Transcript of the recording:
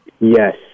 Yes